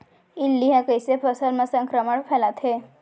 इल्ली ह कइसे फसल म संक्रमण फइलाथे?